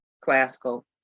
classical